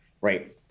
right